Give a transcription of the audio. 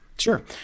Sure